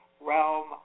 realm